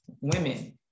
women